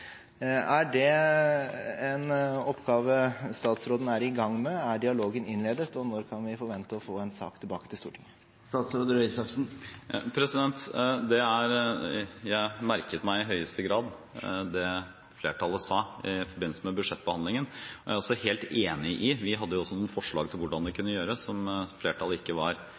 Er det en oppgave statsråden er i gang med? Er dialogen innledet, og når kan vi forvente å få en sak tilbake til Stortinget? Jeg merket meg i høyeste grad det flertallet sa i forbindelse med budsjettbehandlingen. Vi hadde jo også noen forslag til hvordan det kunne gjøres, som flertallet ikke var